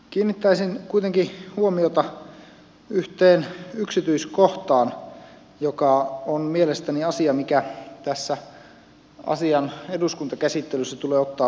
kiinnittäisin kuitenkin huomiota yhteen yksityiskohtaan joka on mielestäni asia mikä tässä asian eduskuntakäsittelyssä tulee ottaa huomioon